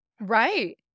Right